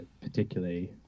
particularly